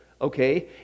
okay